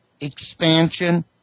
expansion